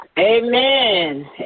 Amen